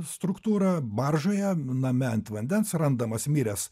struktūra baržoje name ant vandens randamas miręs